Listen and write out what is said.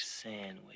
sandwich